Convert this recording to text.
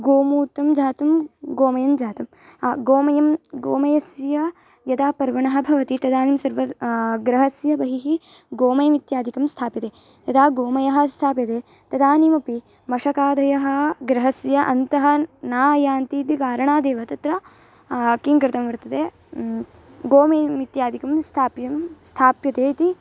गोमूत्रं जातं गोमयञ्जातं गोमयं गोमयस्य यदा पर्वणः भवति तदानीं सर्वे गृहस्य बहिः गोमयम् इत्यादिकं स्थाप्यन्ते यदा गोमयः स्थाप्यते तदानीमपि मषकादयः गृहस्य अन्ते नायान्तीति कारणादेव तत्र किं कृतं वर्तते गोमयम् इत्यादिकं स्थाप्यते स्थाप्यते इति